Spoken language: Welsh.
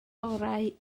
orau